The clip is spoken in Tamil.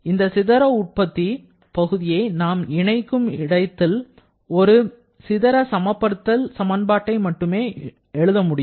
இந்த சிதற உற்பத்தி பகுதியை நாம் இணைக்கும் இடத்தில் ஒரு சிதற சமப்படுத்தல் சமன்பாட்டை மட்டுமே எழுத முடியும்